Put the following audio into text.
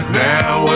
now